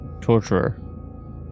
torturer